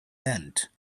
bent